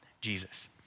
Jesus